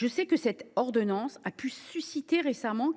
récemment, cette ordonnance a pu susciter